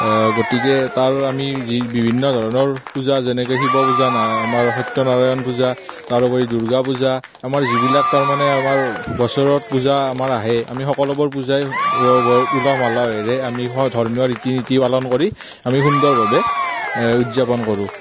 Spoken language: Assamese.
গতিকে তাৰ আমি বিভিন্ন ধৰণৰ পূজা যেনেকৈ শিৱ পূজা আমাৰ সত্যনাৰায়ণ পূজা তাৰোপৰি দুৰ্গা পূজা আমাৰ যিবিলাক তাৰমানে আমাৰ বছৰত পূজা আমাৰ আহে আমি সকলোবোৰ পূজাই বৰ উলহ মালহৰে আমি ধৰ্মীয় ৰীতি নীতি পালন কৰি আমি সুন্দৰভাবে উদযাপন কৰোঁ